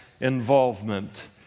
involvement